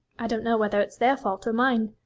i don't know whether it's their fault or mine.